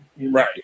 right